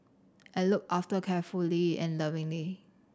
and looked after carefully and lovingly